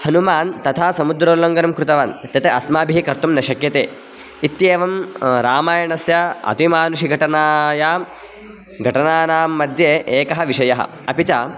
हनुमान् तथा समुद्रोल्लङ्घनं कृतवान् तत् अस्माभिः कर्तुं न शक्यते इत्येवं रामायणस्य अतिमानुषिघटनायां गटनानां मध्ये एकः विषयः अपि च